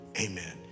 amen